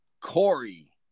Corey